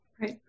Right